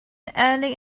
early